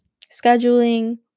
scheduling